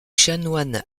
chanoine